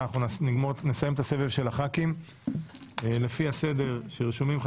אנחנו נסיים את סבב הח"כים לפי הסדר שהם נרשמו לדיבור.